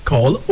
Call